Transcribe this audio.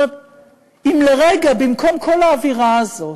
אם לרגע, במקום כל האווירה הזאת